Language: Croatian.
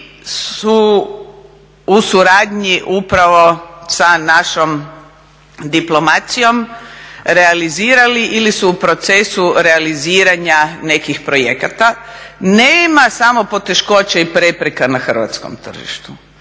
su u suradnji upravo sa našom diplomacijom, realizirali ili su u procesu realiziranja nekih projekata, nema samo poteškoće i prepreka na hrvatskom tržištu,